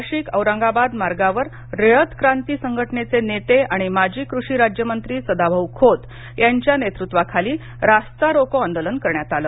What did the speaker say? नाशिक औरंगाबाद मार्गावर रयत क्रांती संघटनेचे नेते आणि माजी कृषी राज्यमंत्री सदाभाऊ खोत यांच्या नेतृत्वाखाली रास्ता रोको आंदोलन करण्यात आल